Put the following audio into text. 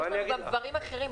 יש לנו גם דברים אחרים.